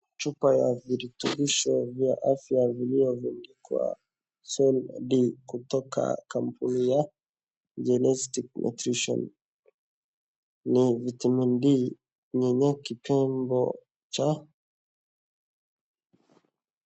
Chupa ya virutubisho vya afya viliyoandikwa Sol D kutoka kampuni ya Genetic Nutrition . Ni vitamin D nyenye kipembo cha